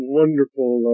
wonderful